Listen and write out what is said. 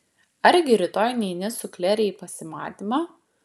argi rytoj neini su klere į pasimatymą